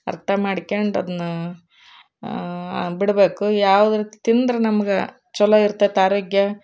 ಅರ್ಥ ಮಾಡ್ಕ್ಯಂಡು ಅದನ್ನ ಬಿಡಬೇಕು ಯಾವುದ್ ತಿಂದ್ರೆ ನಮ್ಗೆ ಛಲೋ ಇರ್ತೈತಿ ಆರೋಗ್ಯ